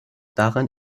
daran